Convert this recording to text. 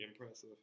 impressive